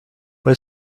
but